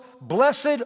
blessed